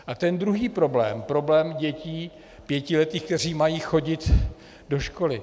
A ten druhý problém, problém dětí pětiletých, které mají chodit do školy.